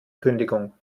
kündigung